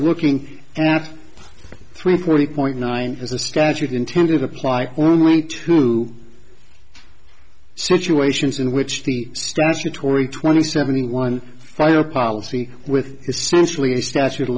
looking at three forty point nine as a statute intended apply only to situations in which the statutory twenty seventy one final policy with essentially a statute of